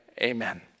Amen